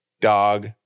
dog